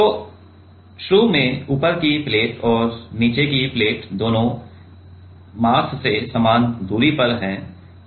तो शुरू में ऊपर की प्लेट और नीचे की प्लेट दोनों मास से समान दूरी पर हैं